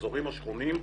המחזורים השחונים,